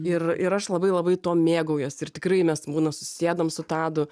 ir ir aš labai labai tuo mėgaujuos ir tikrai mes būna susėdam su tadu